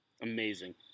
amazing